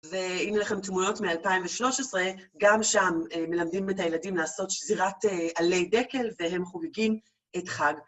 והנה לכם תמונות מ-2013, גם שם מלמדים את הילדים לעשות שזירת עלי דקל והם חוגגים את חג.